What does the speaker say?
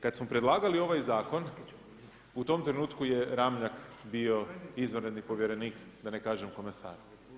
Kad smo predlagali ovaj zakon, u tom trenutku je Ramljak bio izvanredni povjerenik da ne kažem komesar.